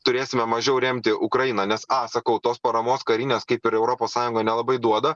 turėsime mažiau remti ukrainą nes a sakau tos paramos karinės kaip ir europos sąjunga nelabai duoda